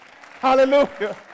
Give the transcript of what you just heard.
Hallelujah